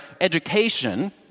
education